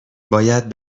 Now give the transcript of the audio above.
باید